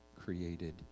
Created